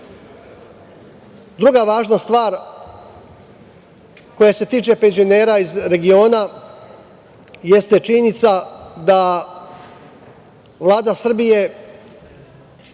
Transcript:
važna stvar koja se tiče penzionera iz regiona jeste činjenica da Vlada Srbije